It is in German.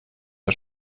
der